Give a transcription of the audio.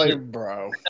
bro